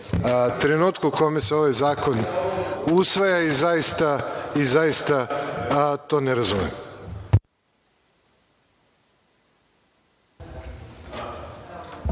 trenutku u kojem se ovaj zakon usvaja i zaista to ne razumem.